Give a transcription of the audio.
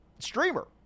streamer